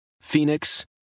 Phoenix